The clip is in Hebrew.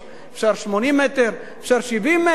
אפשר 80 מטר, אפשר 70 מטר.